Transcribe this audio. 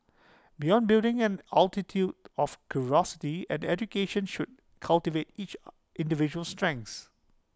beyond building an altitude of curiosity and education should cultivate each individual's strengths